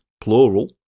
plural